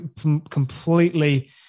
completely